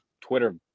Twitter